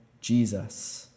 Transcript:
Jesus